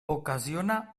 ocasiona